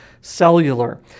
cellular